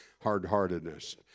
hard-heartedness